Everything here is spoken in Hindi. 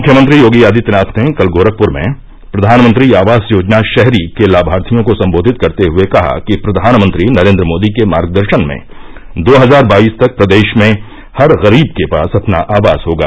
मुख्यमंत्री योगी आदित्यनाथ ने कल गोरखप्र में प्रधानमंत्री आवास योजना शहरी के लाभार्थियों को सम्बोधित करते हये कहा कि प्रधानमंत्री नरेंद्र मोदी के मार्गदर्शन में दो हजार बाईस तक प्रदेश में हर गरीब के पास अपना आवास होगा